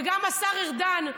וגם השר ארדן,